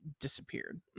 disappeared